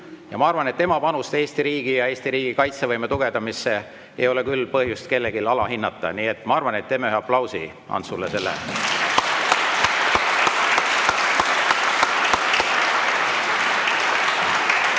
ja ma arvan, et tema panust Eesti riigi ja Eesti riigi kaitsevõime tugevdamisse ei ole küll põhjust kellelgi alahinnata, siis teeme ühe aplausi Antsule selle